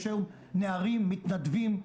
יש היום נערים מתנדבים,